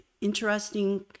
interesting